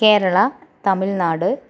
Keralam Tamil Nadu